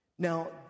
Now